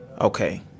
Okay